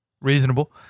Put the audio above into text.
reasonable